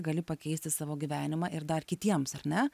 gali pakeisti savo gyvenimą ir dar kitiems ar ne